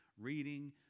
reading